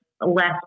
less